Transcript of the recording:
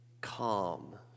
calm